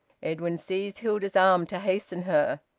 edwin seized hilda's arm to hasten her.